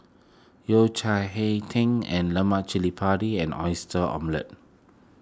Yao Cai Hei Tang in Lemak Cili Padi and Oyster Omelette